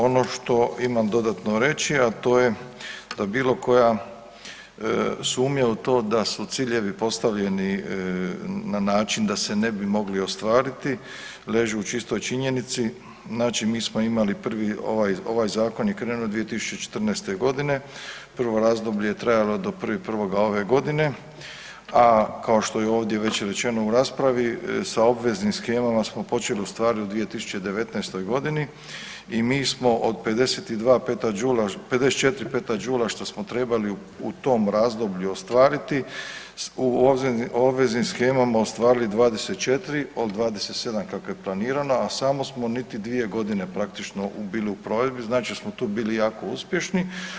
Ono što imam dodatno reći, a to je da bilo koja sumnja u to da su ciljevi postavljeni na način da se ne bi mogli ostvariti leži u čistoj činjenici, znači mi smo imali prvi, ovaj zakon je krenuo 2014.g. prvo razdoblje je trajalo do 1.1.ove godine, a kao što je ovdje već rečeno u raspravi sa obveznim shemama smo počeli ustvari u 2019.g. i mi smo od 54 petadžula što smo trebali u tom razdoblju ostvariti u obveznim shemama ostvarili 24 od 27 kako je planirano, a samo smo niti dvije godine praktično bili u provedbi, znači da smo tu bilo jako uspješni.